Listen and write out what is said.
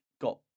got